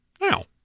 Now